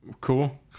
cool